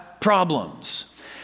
problems